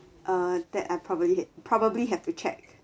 uh that I probably probably have to check